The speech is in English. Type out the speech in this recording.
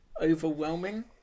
overwhelming